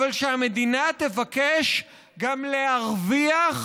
המדינה תבקש גם להרוויח